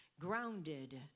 Grounded